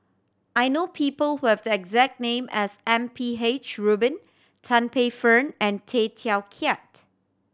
I know people who have the exact name as M P H Rubin Tan Paey Fern and Tay Teow Kiat